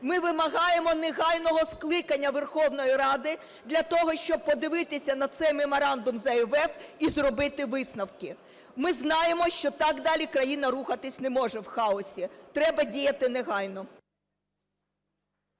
ми вимагаємо негайного скликання Верховної Ради для того, щоб подивитися на цей меморандум з МВФ і зробити висновки. Ми знаємо, що так далі країна рухатися не може, в хаосі, треба діяти негайно.